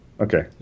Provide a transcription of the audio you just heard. Okay